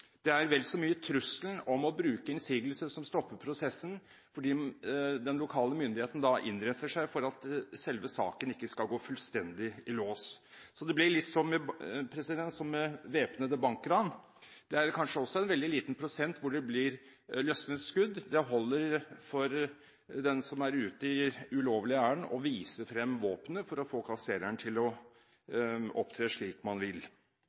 Det er vel så mye trusselen om å bruke innsigelse som stopper prosessen, fordi den lokale myndigheten da innretter seg for at selve saken ikke skal gå fullstendig i lås. Så det blir litt som ved væpnede bankran: Det er kanskje en veldig liten prosent tilfeller hvor det blir løsnet skudd – det holder for den som er ute i ulovlig ærend å vise frem våpenet for å få kassereren til å opptre slik man vil.